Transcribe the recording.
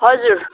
हजुर